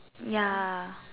ya